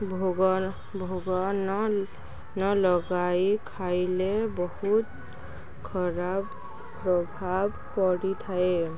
ଭୋଗ ଭୋଗ ନ ନ ଲଗାଇ ଖାଇଲେ ବହୁତ ଖରାପ ପ୍ରଭାବ ପଡ଼ିଥାଏ